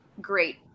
great